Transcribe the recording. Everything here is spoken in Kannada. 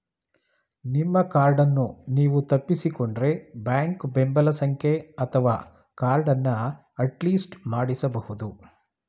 ನಿಮ್ಮ ಕಾರ್ಡನ್ನು ನೀವು ತಪ್ಪಿಸಿಕೊಂಡ್ರೆ ಬ್ಯಾಂಕ್ ಬೆಂಬಲ ಸಂಖ್ಯೆ ಅಥವಾ ಕಾರ್ಡನ್ನ ಅಟ್ಲಿಸ್ಟ್ ಮಾಡಿಸಬಹುದು